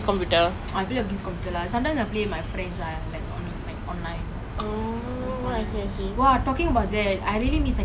do you know when I when I bought my P_S four right which was when I was doing my O levels that year